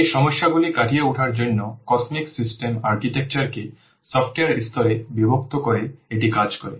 এই সমস্যাগুলি কাটিয়ে ওঠার জন্য COSMICS সিস্টেম আর্কিটেকচারকে সফটওয়্যার স্তরে বিভক্ত করে এটি কাজ করে